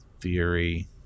Theory